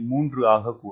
3 ஆகக்கூடும்